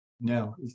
no